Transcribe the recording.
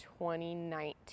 2019